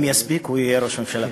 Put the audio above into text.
אם יספיק, הוא יהיה ראש הממשלה.